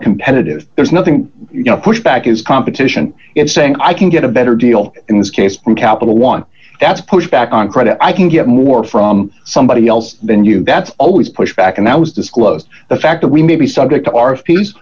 competitive there's nothing you know pushback is competition it's saying i can get a better deal in this case on capital one that's pushback on credit i can get more from somebody else than you that's always pushed back and i was disclosed the fact that we may be subject to our spe